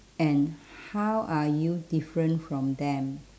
and how are you different from them